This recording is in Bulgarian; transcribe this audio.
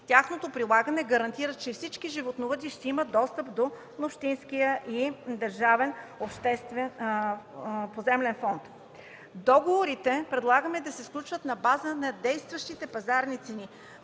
нормативи гарантира, че всички животновъди ще имат достъп до общинския и държавен обществен поземлен фонд. Предлагаме договорите да се сключват на база на действащите пазарни цени.